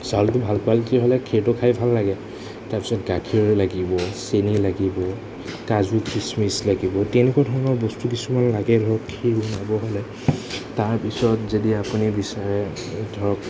চাউলটো ভাল কোৱালিটিৰ হ'লে খীৰটো খাই ভাল লাগে তাৰপিছত গাখীৰ লাগিব চেনি লাগিব কাজু কিচমিচ লাগিব তেনেকুৱা ধৰণৰ বস্তু কিছুমান লাগে ধৰক খীৰ বনাব হ'লে তাৰপিছত যদি আপুনি বিচাৰে ধৰক